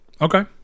Okay